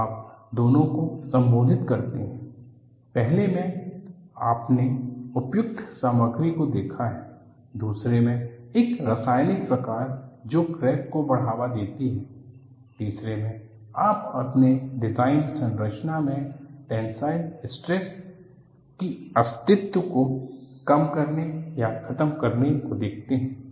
तो आप दोनों को संबोधित करते हैं पहले में आपने उपयुक्त सामग्री को देखा है दूसरे में एक रासायनिक प्रकार जो क्रैक को बढ़ावा देती है तीसरे में आप अपने डिजाइन संरचना में टेन्साइल स्ट्रेस के अस्तित्व को कम करने या खत्म करने को देखते है